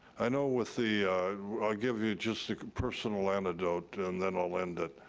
i know with the, i'll give you just a personal anecdote, and then i'll end it.